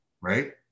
Right